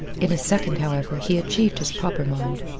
in a second, however, he achieved his proper mind.